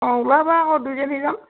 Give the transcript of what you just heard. অঁ ওলাবা আকৌ দুয়োজনী যাম